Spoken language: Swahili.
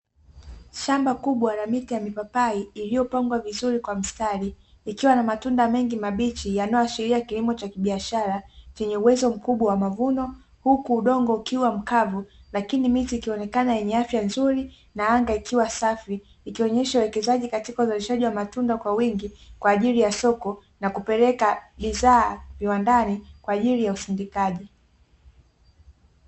Shamba kubwa la miti ya mipapai iliyopangwa vizuri kwa mstari, ikiwa na matunda mengi mabichi yanayoashiria kilimo cha kibiashara chenye uwezo mkubwa wa mavuno. Huku udongo ukiwa mkavu, lakini miti ikionekana yenye afya nzuri na anga ikiwa safi, ikionesha uwekezaji katika uzalishaji wa matunda kwa wingi kwa ajili ya soko na kupeleka bidhaa viwandani kwa ajili ya usindikaji.